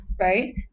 right